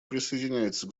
присоединяется